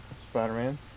Spider-Man